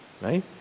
right